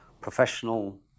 professional